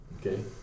Okay